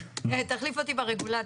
תחליף אותי ברגולציה.